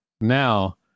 Now